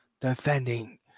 defending